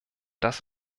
das